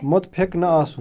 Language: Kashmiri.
مُتفِق نہَ آسُن